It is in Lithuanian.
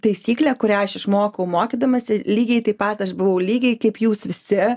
taisyklė kurią aš išmokau mokydamasi lygiai taip pat aš buvau lygiai kaip jūs visi